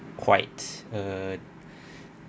quite uh